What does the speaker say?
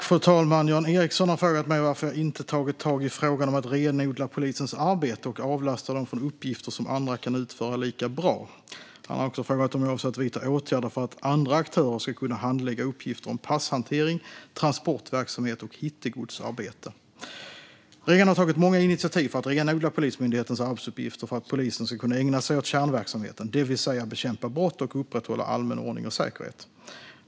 Fru talman! Jan Ericson har frågat mig varför jag inte tagit tag i frågan om att renodla polisens arbete och avlasta dem från uppgifter som andra kan utföra lika bra. Han har också frågat om jag avser att vidta åtgärder för att andra aktörer ska kunna handlägga uppgifter som passhantering, transportverksamhet och hittegodsarbete. Regeringen har tagit många initiativ för att renodla Polismyndighetens arbetsuppgifter för att polisen ska kunna ägna sig åt kärnverksamheten, det vill säga bekämpa brott och upprätthålla allmän ordning och säkerhet.